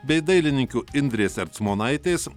bei dailininkių indrės ercmonaitės